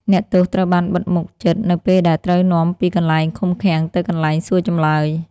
អ្នកទោសត្រូវបានបិទមុខជិតនៅពេលដែលត្រូវនាំពីកន្លែងឃុំឃាំងទៅកន្លែងសួរចម្លើយ។